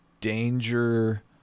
danger